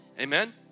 Amen